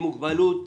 עם מוגבלות,